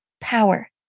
power